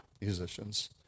Musicians